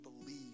believe